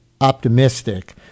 optimistic